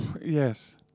Yes